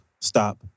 stop